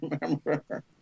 remember